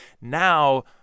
Now